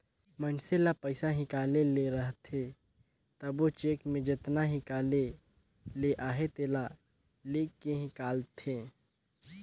मइनसे ल पइसा हिंकाले ले रहथे तबो चेक में जेतना हिंकाले ले अहे तेला लिख के हिंकालथे